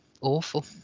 awful